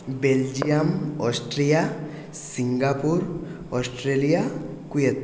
Belgium Austria Singapore Australia Kuwait